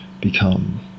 become